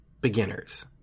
beginners